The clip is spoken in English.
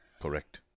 Correct